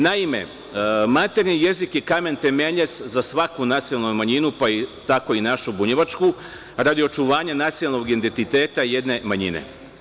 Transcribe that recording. Naime, maternji jezik je kamen temeljac za svaku nacionalnu manjinu, pa i tako našu bunjevačku, radi očuvanja nacionalnog identiteta jedne manjine.